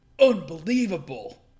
Unbelievable